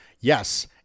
Yes